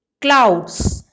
Clouds